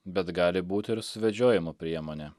bet gali būti ir suvedžiojimo priemonė